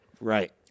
Right